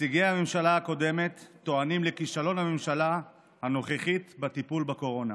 נציגי הממשלה הקודמת טוענים לכישלון הממשלה הנוכחית בטיפול בקורונה.